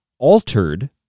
Altered